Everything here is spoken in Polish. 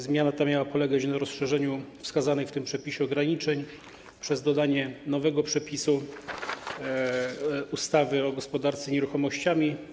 Zmiana ta miała polegać na rozszerzeniu wskazanych w tym przepisie ograniczeń przez dodanie nowego przepisu ustawy o gospodarce nieruchomościami.